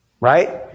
Right